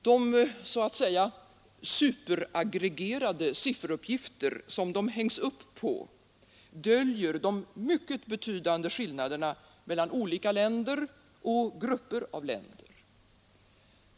De superaggregerade sifferuppgifter som de hängs upp på döljer de mycket betydande skillnaderna mellan olika länder och grupper av länder.